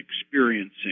experiencing